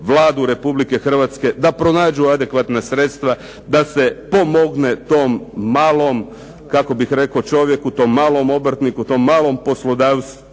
Vladu Republike Hrvatske da pronađu adekvatna sredstva da se pomogne tom malom kako bih rekao čovjeku, tom malo obrtniku, tom malom poslodavcu